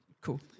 Cool